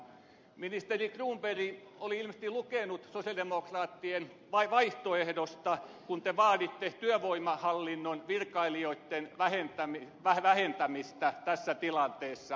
ministeri cronberg oli ilmeisesti lukenut sosialidemokraattien vaihtoehdosta kun te vaaditte työvoimahallinnon virkailijoitten vähentämistä tässä tilanteessa